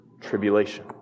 tribulation